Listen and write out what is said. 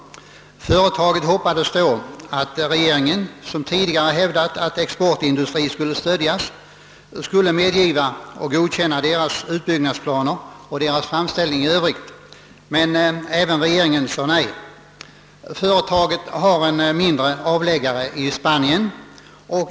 Företaget hoppades då att regeringen, som tidigare hävdat att exportindustrien skall stödjas, skulle godkänna utbyggnadsplanerna och framställningen i övrigt. Men även regeringen sade nej. Företaget har en mindre avläggare i Spanien.